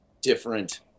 different